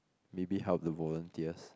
maybe help the volunteers